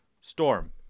storm